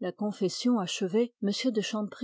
la confession achevée